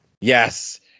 yes